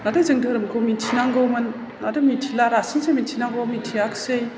नाथाय जों धोरोमखौ मिथिनांगौमोन माथो मिथिला रासिनसो मिथिनांगौ मिथियाखसै